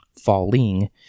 falling